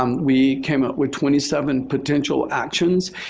um we came up with twenty seven potential actions.